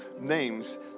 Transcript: names